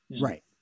right